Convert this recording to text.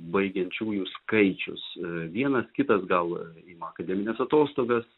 baigiančiųjų skaičius vienas kitas gal ima akademines atostogas